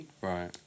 Right